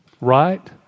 Right